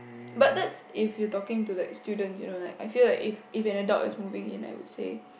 but that's if you talking to like students you know like I feel that if if an adult is moving in I would say